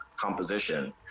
composition